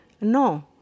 No